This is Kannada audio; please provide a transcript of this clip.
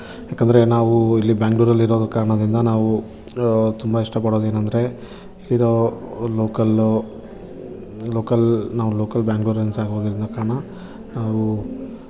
ಯಾಕಂದ್ರೆ ನಾವು ಇಲ್ಲಿ ಬ್ಯಾಂಗ್ಲೂರಲ್ಲಿ ಇರೋದು ಕಾರಣದಿಂದ ನಾವು ತುಂಬ ಇಷ್ಟ ಪಡೋದು ಏನಂದರೆ ಇಲ್ಲಿರೊ ಲೋಕಲ್ಲು ಲೋಕಲ್ ನಾವು ಲೋಕಲ್ ಬ್ಯಾಂಗ್ಲೂರಿಯನ್ಸ್ ಆಗೋಗಿರೊ ಕಾರಣ ನಾವು